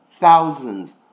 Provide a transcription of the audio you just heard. thousands